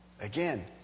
Again